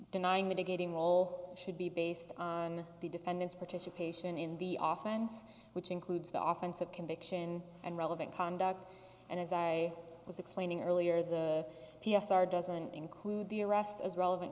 denying mitigating role should be based on the defendant's participation in the office and which includes the often said conviction and relevant conduct and as i was explaining earlier the p s r doesn't include the arrest as relevant